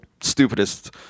stupidest